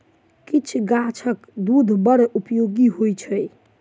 किछ गाछक दूध बड़ उपयोगी होइत छै